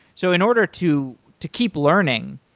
so in order to to keep learning,